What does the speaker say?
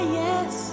yes